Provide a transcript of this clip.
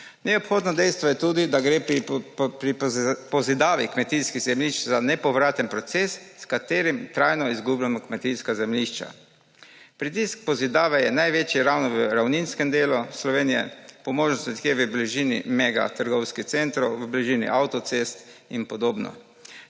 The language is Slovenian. Neobhodno dejstvo je tudi, da gre pri pozidavi kmetijskih zemljišč za nepovraten proces, s katerim trajno izgubljamo kmetijska zemljišča. Pritisk pozidave je največji ravno v ravninskem delu Slovenije, po možnosti nekje v bližini mega trgovskih centrov, v bližini avtocest in podobno.